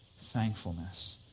thankfulness